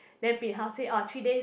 then bin hao say orh three days